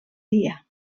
dia